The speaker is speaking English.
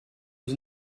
was